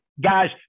Guys